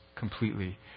completely